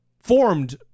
formed